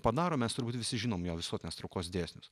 padaro mes turbūt visi žinom jo visuotinės traukos dėsnius